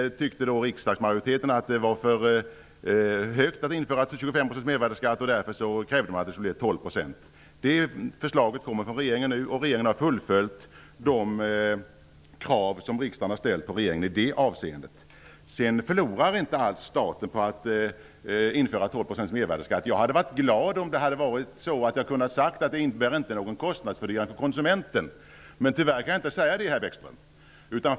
Riksdagsmajoriteten tyckte att det var för mycket att införa en mervärdesskatt på 25 %. Därför krävde man att den skulle vara 12 %. Det förslaget kommer nu från regeringen. Regeringen har uppfyllt de krav som riksdagen har ställt på regeringen i det avseendet. Staten förlorar inte alls på att införa en mervärdesskatt på 12 %. Jag hade varit glad om jag hade kunnat säga att det inte innebär någon kostnadsfördyring för konsumenterna, men tyvärr kan jag inte säga det, herr Bäckström.